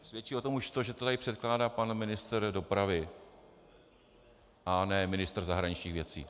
Svědčí o tom už to, že to tady předkládá pan ministr dopravy a ne ministr zahraničních věcí.